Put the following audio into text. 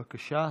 בבקשה.